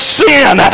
sin